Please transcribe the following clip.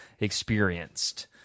experienced